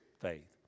faith